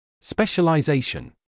Specialization